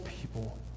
people